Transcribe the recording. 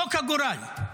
צחוק הגורל.